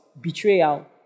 betrayal